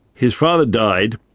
his father died,